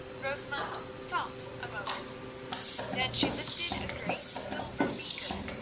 rosamund thought a moment then she lifted a great silver beaker,